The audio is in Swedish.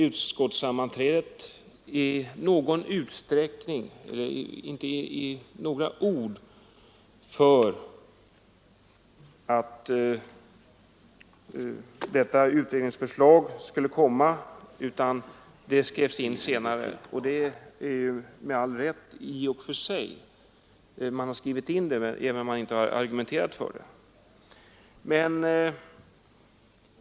Utskottet ägnar i sin argumentering inte några ord åt att detta utredningsförslag skulle komma, utan det skrevs in senare. I och för sig har detta skett med all rätt. Det har blivit inskrivet ehuru man inte argumenterat för det.